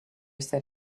said